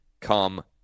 come